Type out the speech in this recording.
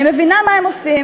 אני מבינה מה הם עושים,